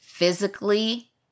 Physically